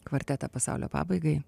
kvartetą pasaulio pabaigai